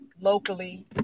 locally